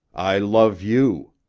i love you.